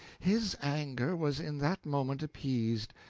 his anger was in that moment appeased,